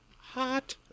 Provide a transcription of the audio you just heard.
Hot